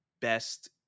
best